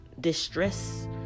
distress